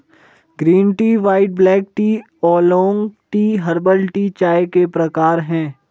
green tea white black tea oolong tea herbal tea चाय के प्रकार है